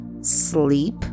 sleep